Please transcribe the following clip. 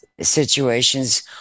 situations